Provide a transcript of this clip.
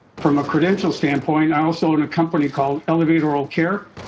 from a credential standpoint, i also own a company called elevate oral care.